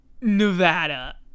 Nevada